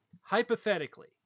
hypothetically